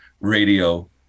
radio